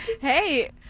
Hey